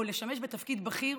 או לשמש בתפקיד בכיר,